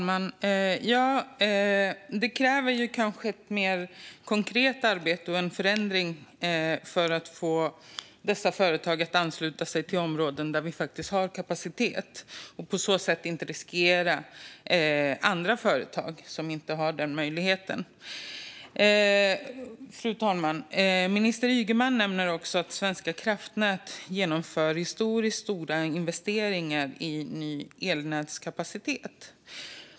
Fru talman! Det kräver kanske ett mer konkret arbete och en förändring för att få dessa företag att ansluta sig till områden där vi har kapacitet. På så sätt riskerar vi inte andra företag som inte har den möjligheten. Fru talman! Minister Ygeman nämner också att Svenska kraftnät genomför historiskt stora investeringar i ny elnätskapacitet.